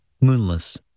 moonless